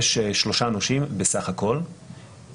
יש שלושה נושים בסך הכול,